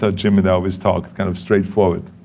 ah jim and i always talk, kind of straightforward.